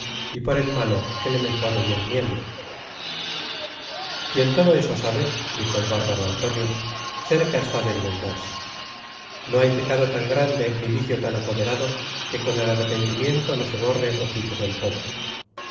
y por el malo que le mejore y enmiende quien todo eso sabe dijo el bárbaro antonio cerca está de enmendarse no hay pecado tan grande ni vicio tan apoderado que con el arrepentimiento no se borre ó quite del todo